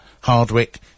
Hardwick